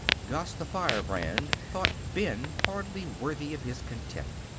gus, the firebrand, thought ben hardly worthy of his contempt.